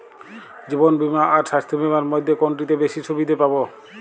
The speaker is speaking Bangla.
জীবন বীমা আর স্বাস্থ্য বীমার মধ্যে কোনটিতে বেশী সুবিধে পাব?